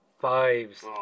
Fives